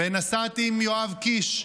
ונסעתי עם יואב קיש,